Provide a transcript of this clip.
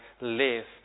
live